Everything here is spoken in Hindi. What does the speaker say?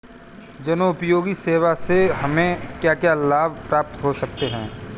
जनोपयोगी सेवा से हमें क्या क्या लाभ प्राप्त हो सकते हैं?